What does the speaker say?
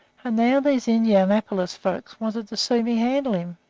and now these indianapolis folks wanted to see me handle him.